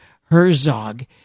Herzog